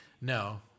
No